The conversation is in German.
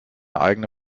eigene